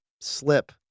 slip